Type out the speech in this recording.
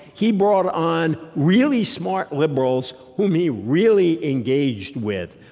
he brought on really smart liberals whom he really engaged with.